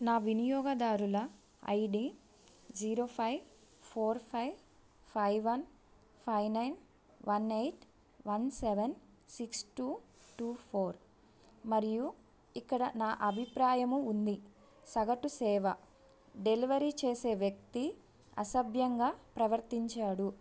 నా వినియోగదారుల I D zero five four five five one five nine one eight one seven six two two four మరియు ఇక్కడ నా అభిప్రాయం ఉంది సగటు సేవ డెలివరీ చేసే వ్యక్తి అసభ్యంగా ప్రవర్తించాడు